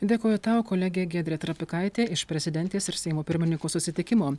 dėkoju tau kolegė giedrė trapikaitė iš prezidentės ir seimo pirmininko susitikimo